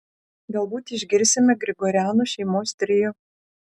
galbūt išgirsime grigorianų šeimos trio